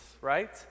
right